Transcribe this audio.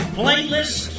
playlist